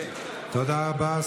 תודה רבה.